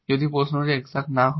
যদি প্রশ্নটি এক্সাট না হয়